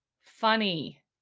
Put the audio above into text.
Funny